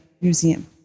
museum